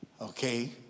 Okay